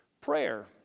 Prayer